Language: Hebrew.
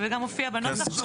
וגם מופיע בנוסח שהוא מחוק.